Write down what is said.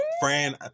Fran